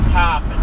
cop